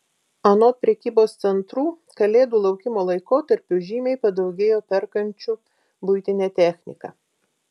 anot prekybos centrų kalėdų laukimo laikotarpiu žymiai padaugėjo perkančių buitinę techniką